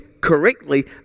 correctly